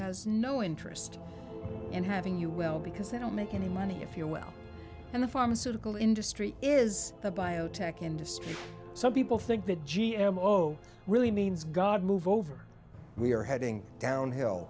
has no interest in having you well because they don't make any money if you're well and the pharmaceutical industry is the biotech industry some people think that g m o really means god move over we are heading downhill